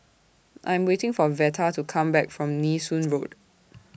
I Am waiting For Veta to Come Back from Nee Soon Road